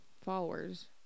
followers